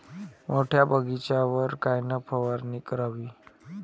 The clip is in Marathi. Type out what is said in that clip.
मोठ्या बगीचावर कायन फवारनी करावी?